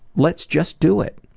let's just do it.